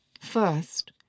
First